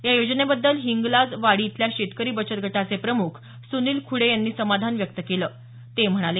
या योजनेबद्दल हिंगलाज वाडी इथल्या शेतकरी बचत गटाचे प्रमुख सुनील खुडे यांनी समाधान व्यक्त केलं ते म्हणाले